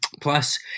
Plus